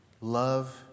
love